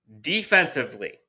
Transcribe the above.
Defensively